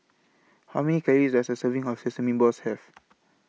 How Many Calories Does A Serving of Sesame Balls Have